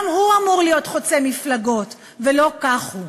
גם הוא אמור להיות חוצה מפלגות, ולא כך הוא,